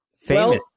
famous